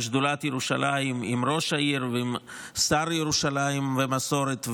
שדולת ירושלים עם ראש העיר ועם השר לירושלים ומסורת,